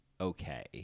okay